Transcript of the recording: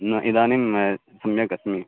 न इदानीं सम्यग् अस्मि